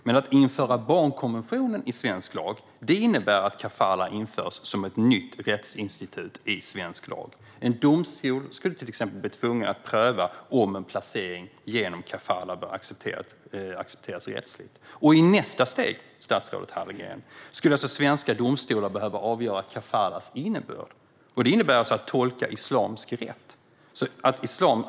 Men att införa barnkonventionen i svensk lag innebär att kafalah införs som ett nytt rättsinstitut i svensk lag. Till exempel skulle en domstol bli tvungen att pröva om en placering genom kafalah bör accepteras rättsligt. I nästa steg, statsrådet Hallengren, skulle svenska domstolar behöva avgöra kafalahs innebörd, och det innebär att tolka islamisk rätt.